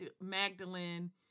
Magdalene